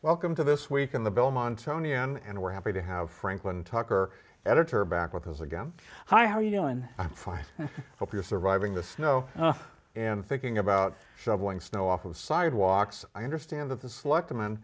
welcome to this week in the belmont tony and we're happy to have franklin tucker editor back with us again hi how are you doing fine hope you're surviving the snow and thinking about shoveling snow off the sidewalks i understand that this is like the man